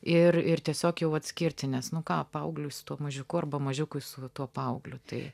ir ir tiesiog jau atskirti nes nu ką paaugliui su tuo mažiuku arba mažiukui su tuo paaugliu tai